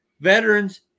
veterans